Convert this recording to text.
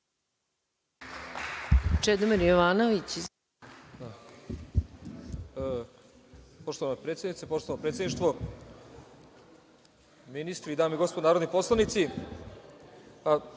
**Čedomir Jovanović** Poštovana predsednice, poštovano predsedništvo, ministri, dame i gospodo narodni poslanici,